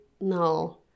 no